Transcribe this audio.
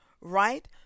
right